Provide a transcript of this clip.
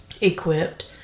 equipped